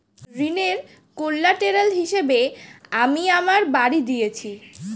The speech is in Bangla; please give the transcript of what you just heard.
ঋনের কোল্যাটেরাল হিসেবে আমি আমার বাড়ি দিয়েছি